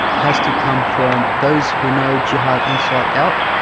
has to come from those who know jihad inside out,